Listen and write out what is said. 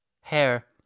Hair